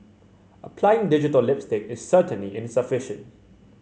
applying digital lipstick is certainly insufficient